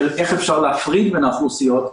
איך אפשר להפריד בין האוכלוסיות,